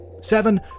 Seven